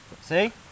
See